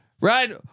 Right